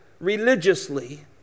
religiously